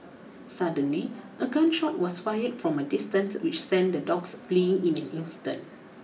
suddenly a gun shot was fired from a distance which sent the dogs fleeing in an instant